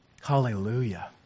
Hallelujah